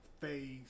phase